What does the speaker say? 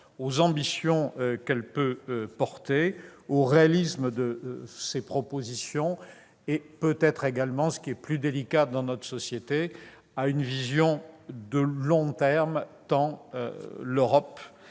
les ambitions que l'Europe peut porter, sur le réalisme de ses propositions et peut-être également, ce qui est plus délicat dans notre société, sur une vision de long terme tant l'Europe